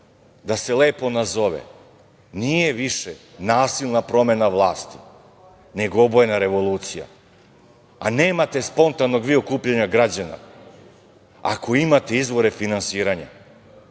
da se lepo nazove. Nije više nasilna promena vlasti, nego obojena revolucija. Nemate vi spontanog okupljanja građana ako imate izvore finansiranja,